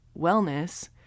wellness